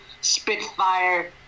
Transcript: Spitfire